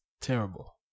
terrible